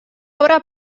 obra